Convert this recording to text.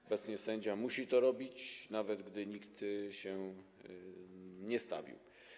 Obecnie sędzia musi to robić, nawet gdy nikt się nie stawił.